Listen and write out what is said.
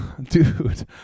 dude